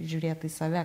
žiūrėt į save